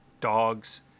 dogs